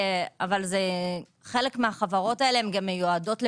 חלק מהחברות האלה גם מיועדות לפירוק,